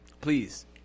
Please